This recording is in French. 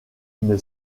une